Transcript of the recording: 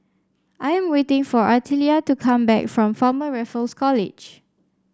I am waiting for Artelia to come back from Former Raffles College